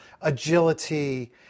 agility